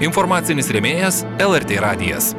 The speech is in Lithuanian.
informacinis rėmėjas lrt radijas